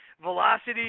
velocity